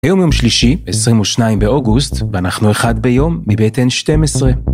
היום יום שלישי, 22 באוגוסט, ואנחנו אחד ביום מבית N12.